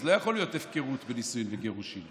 אז לא יכולה להיות הפקרות בנישואין וגירושין,